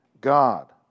God